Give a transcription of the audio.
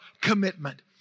commitment